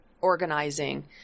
organizing